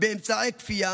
באמצעי כפייה,